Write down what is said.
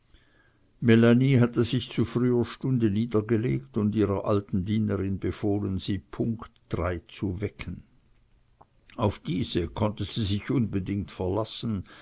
hatte sich zu früher stunde niedergelegt und ihrer alten dienerin befohlen sie punkt drei zu wecken auf diese konnte sie sich unbedingt verlassen